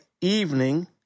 evening